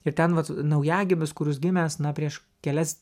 ir ten vat naujagimis kuris gimęs na prieš kelias